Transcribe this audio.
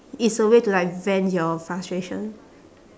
it's a way to like vent your frustration